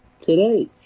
today